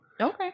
Okay